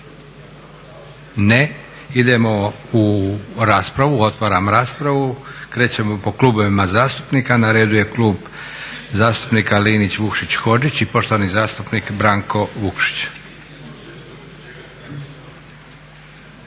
Ne. Idemo u raspravu. Otvaram raspravu. Krećemo po klubovima zastupnika. Na redu je Klub zastupnika Linić, Vukšić, Hodžić i poštovani zastupnik Branko Vukšić.